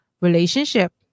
relationship